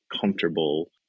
comfortable